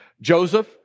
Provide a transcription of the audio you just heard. Joseph